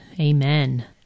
Amen